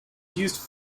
used